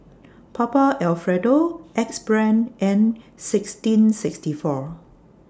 Papa Alfredo Axe Brand and sixteen sixty four